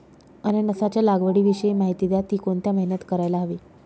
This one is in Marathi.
अननसाच्या लागवडीविषयी माहिती द्या, ति कोणत्या महिन्यात करायला हवी?